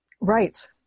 Right